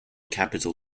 capital